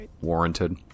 warranted